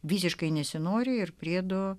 visiškai nesinori ir priedo